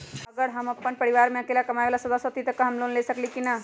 अगर हम अपन परिवार में अकेला कमाये वाला सदस्य हती त हम लोन ले सकेली की न?